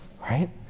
right